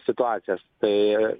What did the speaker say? situacijas tai